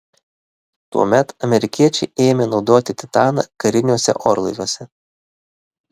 tuomet amerikiečiai ėmė naudoti titaną kariniuose orlaiviuose